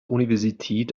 universität